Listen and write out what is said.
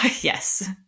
Yes